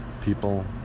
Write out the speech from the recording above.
People